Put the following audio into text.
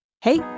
Hey